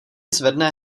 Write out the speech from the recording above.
zvedne